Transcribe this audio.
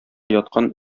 яткан